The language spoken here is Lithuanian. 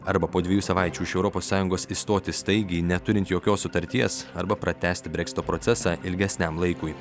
arba po dviejų savaičių iš europos sąjungos išstoti staigiai neturint jokios sutarties arba pratęsti breksito procesą ilgesniam laikui